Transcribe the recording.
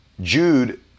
Jude